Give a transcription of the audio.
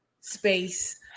space